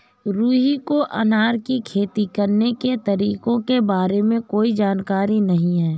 रुहि को अनार की खेती करने के तरीकों के बारे में कोई जानकारी नहीं है